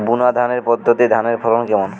বুনাধানের পদ্ধতিতে ধানের ফলন কেমন?